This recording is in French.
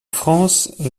france